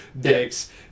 dicks